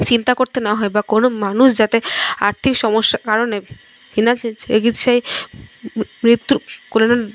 চিন্তা করতে না হয় বা কোনো মানুষ যাতে আর্থিক সমস্যার কারণে বিনা চিকিৎসায় মৃত্যুর কোলে